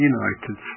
United